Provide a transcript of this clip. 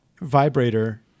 vibrator